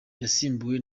yasimbuwe